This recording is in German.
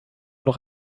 noch